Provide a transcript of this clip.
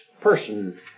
person